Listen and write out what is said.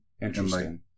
interesting